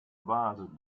base